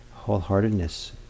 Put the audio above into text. wholeheartedness